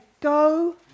Go